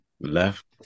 Left